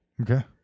Okay